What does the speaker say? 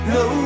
no